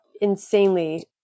insanely